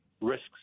risks